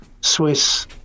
Swiss